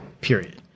Period